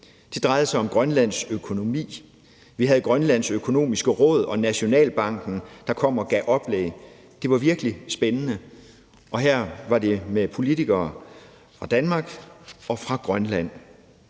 Det drejede sig om Grønlands økonomi. Vi havde Grønlands Økonomiske Råd og Nationalbanken, der kom og gav oplæg. Det var virkelig spændende, og her var det med politikere fra Danmark og fra Grønland.